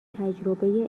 تجربه